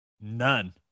None